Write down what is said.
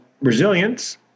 resilience